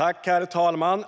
Herr talman!